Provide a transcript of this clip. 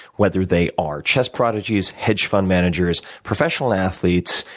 whether they are chess prodigies, hedge fund managers, professional athletes,